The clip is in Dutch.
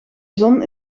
zon